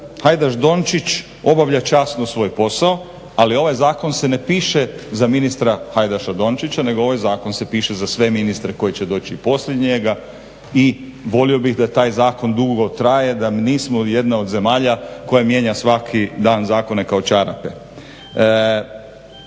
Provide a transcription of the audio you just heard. Hajdaš Dončić obavlja časno svoj posao, ali ovaj zakon se ne piše za ministra Hajdaša Dončića nego ovaj zakon se piše za sve ministre koji će doći poslije njega i volio bih da taj zakon dugo traje, da nismo jedna od zemalja koja mijenja svaki dan zakone kao čarape.